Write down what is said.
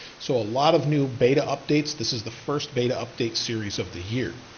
so a lot of new beta updates. this is the first beta update series of the year.